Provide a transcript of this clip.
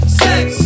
sex